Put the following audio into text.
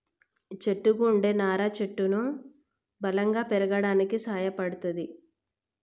చెట్టుకు వుండే నారా చెట్టును బలంగా పెరగడానికి సాయపడ్తది